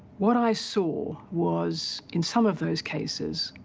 what i saw was. in some of those cases,